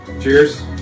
cheers